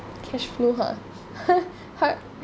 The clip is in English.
cash flow !huh!